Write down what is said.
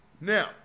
Now